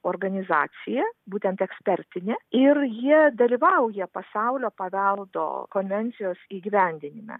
organizacija būtent ekspertine ir jie dalyvauja pasaulio paveldo konvencijos įgyvendinime